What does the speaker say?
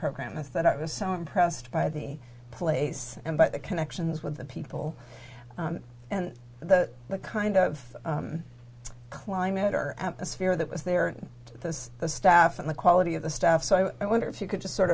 program i thought i was so impressed by the place and by the connections with the people and the the kind of climate or atmosphere that was there with this the staff and the quality of the staff so i wonder if you could just sort